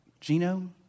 Gino